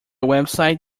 website